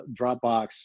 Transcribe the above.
Dropbox